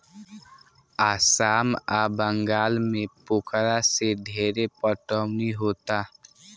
आसाम आ बंगाल में पोखरा से ढेरे पटवनी होता